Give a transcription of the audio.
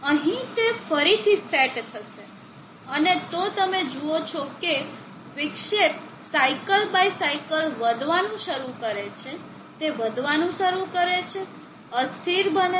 અહીં તે ફરીથી સેટ થશે અને તો તમે જુઓ છો કે વિક્ષેપ સાઇકલ બાય સાઇકલ વધવાનું શરૂ કરે છે તે વધવાનું શરૂ કરે છે અસ્થિર બને છે